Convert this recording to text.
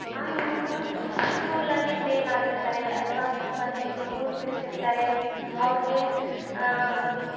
ಆ ಹೆಣ್ಮಕ್ಳು ಸ್ಕೂಲಲ್ಲಿ ಫೇಲ್ ಆಗಿರ್ತಾರೆ ಅಥ್ವಾ ಮನೆಯಲ್ಲಿ ಸ್ಕೂಲ್ ಬಿಡಿಸಿರ್ತಾರೆ ಅವ್ರಿಗೆ